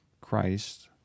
Christ